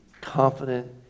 confident